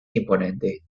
imponente